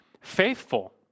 faithful